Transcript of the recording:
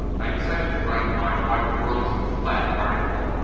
i decided to write my why the world isn't flat article,